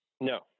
No